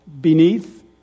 beneath